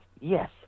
yes